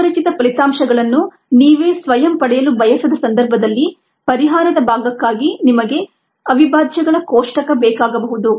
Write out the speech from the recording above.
ಚಿರಪರಿಚಿತ ಫಲಿತಾಂಶಗಳನ್ನು ನೀವೇ ಸ್ವಯಂ ಪಡೆಯಲು ಬಯಸದ ಸಂದರ್ಭದಲ್ಲಿ ಪರಿಹಾರದ ಭಾಗಕ್ಕಾಗಿ ನಿಮಗೆ ಅವಿಭಾಜ್ಯಗಳ ಕೋಷ್ಟಕ ಬೇಕಾಗಬಹುದು